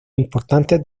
importantes